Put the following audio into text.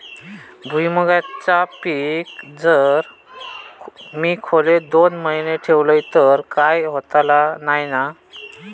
भुईमूगाचा पीक जर मी खोलेत दोन महिने ठेवलंय तर काय होतला नाय ना?